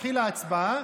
התחילה ההצבעה,